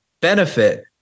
benefit